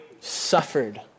suffered